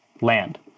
land